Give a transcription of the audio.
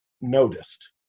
noticed